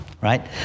Right